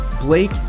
Blake